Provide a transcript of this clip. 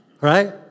Right